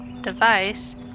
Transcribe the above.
device